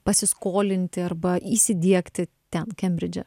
pasiskolinti arba įsidiegti ten kembridže